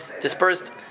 dispersed